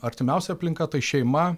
artimiausia aplinka tai šeima